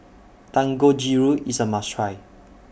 Dangojiru IS A must Try